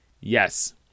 Yes